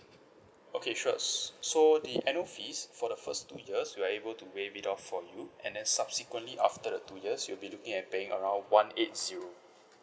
okay sure so the annual fees for the first two years we are able to waive it off for you and then subsequently after the two years you'll be looking at paying around one eight zero